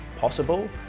possible